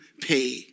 pay